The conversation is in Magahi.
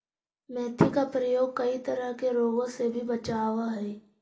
मेथी का प्रयोग कई तरह के रोगों से भी बचावअ हई